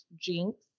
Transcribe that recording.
Jinx